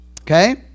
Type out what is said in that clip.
Okay